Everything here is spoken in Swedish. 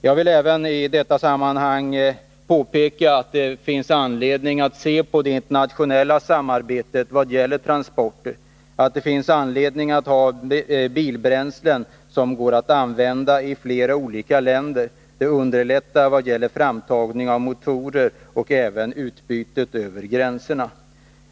Jag vill i detta sammanhang även påpeka att det finns anledning att se på det internationella samarbetet vad gäller transporter och att det finns anledning att ha bilbränslen som går att använda i flera olika länder. Det underlättar framtagning av motorer och även utbyte över gränserna.